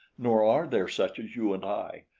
nor are there such as you and i,